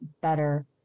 better